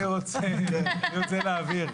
חבר'ה, אני רוצה להבהיר.